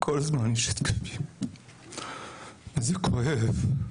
כל הזמן יש התקפים, וזה כואב.